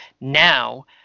now